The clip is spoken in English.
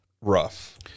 rough